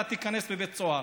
אתה תיכנס לבית סוהר.